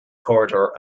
corridor